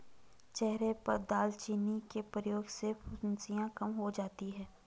चेहरे पर दालचीनी के प्रयोग से फुंसियाँ कम हो जाती हैं